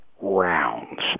rounds